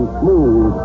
smooth